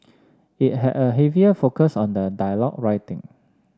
it had a heavier focus on the dialogue writing